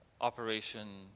operation